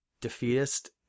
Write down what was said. Defeatist